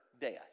death